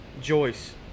joyce